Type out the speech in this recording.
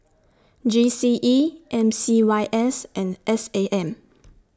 G C E M C Y S and S A M